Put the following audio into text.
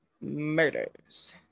murders